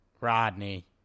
Rodney